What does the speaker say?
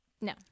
No